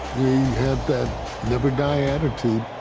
had that live or die attitude.